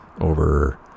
over